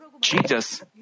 Jesus